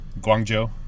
Guangzhou